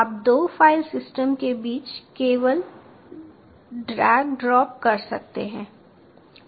आप दो file system के बीच केवल ड्रैग ड्रॉप कर सकते हैं